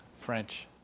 French